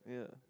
yeah